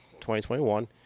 2021